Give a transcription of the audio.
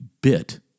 bit